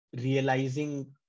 realizing